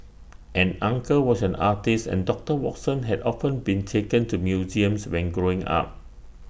an uncle was an artist and doctor Watson had often been taken to museums when growing up